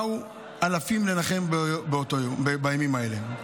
באו אלפים לנחם בימים האלה,